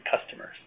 customers